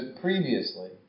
previously